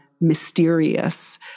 mysterious